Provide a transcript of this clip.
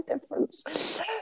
difference